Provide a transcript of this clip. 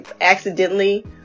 accidentally